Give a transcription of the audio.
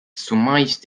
zumeist